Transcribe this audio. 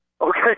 Okay